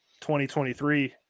2023